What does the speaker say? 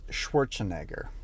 Schwarzenegger